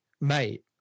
mate